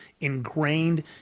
ingrained